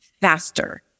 faster